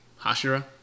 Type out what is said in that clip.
Hashira